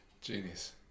Genius